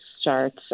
starts